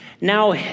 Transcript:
Now